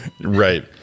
Right